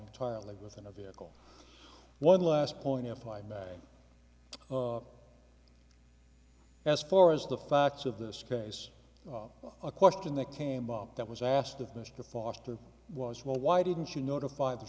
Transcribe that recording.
entirely within a vehicle one last point of my bag as far as the facts of this case a question that came up that was asked of mr foster was well why didn't you notify the